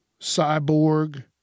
Cyborg